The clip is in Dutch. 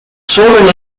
solden